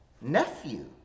nephew